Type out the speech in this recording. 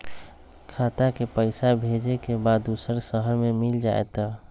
खाता के पईसा भेजेए के बा दुसर शहर में मिल जाए त?